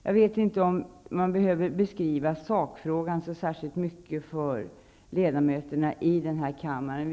Jag vet inte om man behöver beskriva sakfrågan så särskilt mycket för ledamöterna i den här kammaren.